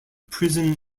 prison